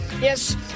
Yes